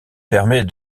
permet